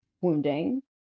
wounding